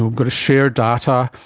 we've got to share data.